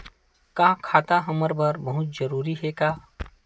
का खाता हमर बर बहुत जरूरी हे का?